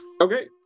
okay